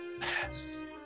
Yes